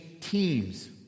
teams